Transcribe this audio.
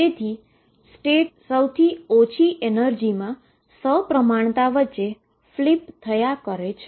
તેથીસ્ટેટ સૌથી ઓછી એનર્જીમાં સપ્રમાણતા વચ્ચે ફ્લિપ કરે છે